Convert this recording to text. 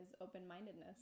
open-mindedness